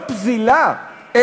לא פזילה,